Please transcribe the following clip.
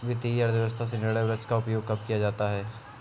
वित्तीय अर्थशास्त्र में निर्णय वृक्ष का उपयोग कब किया जाता है?